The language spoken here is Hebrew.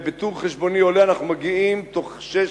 ובטור חשבוני עולה אנחנו מגיעים בתוך שש,